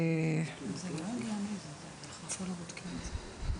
וכן,